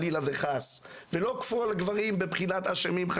ולא כל הגברים בבחינת אשמים.